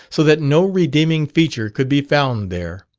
so that no redeeming feature could be found there